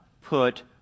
put